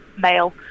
male